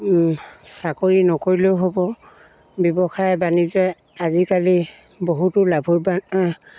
চাকৰি নকৰিলেও হ'ব ব্যৱসায় বাণিজ্যই আজিকালি বহুতো লাভৱান